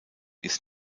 ist